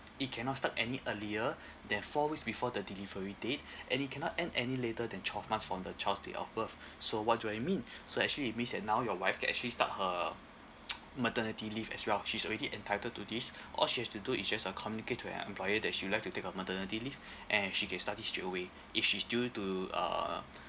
it cannot start any earlier than four weeks before the delivery date and it cannot end any later than twelve months from the child's date of birth so what do I mean so actually it means that now your wife can actually start her maternity leave as well she's already entitled to this all she has to do is just uh communicate to her employer that she would like to take her maternity leave and she can start this straight away if she's due to uh